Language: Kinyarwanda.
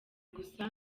gusa